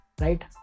Right